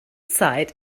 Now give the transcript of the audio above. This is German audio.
zeit